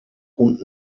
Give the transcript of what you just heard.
und